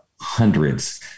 hundreds